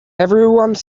everyone